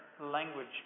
language